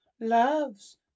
loves